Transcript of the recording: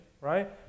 Right